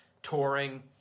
touring